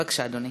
בבקשה, אדוני.